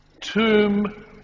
tomb